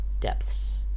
Depths